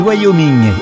Wyoming